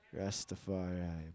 Rastafari